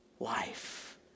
life